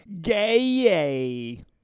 Gay